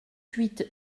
huit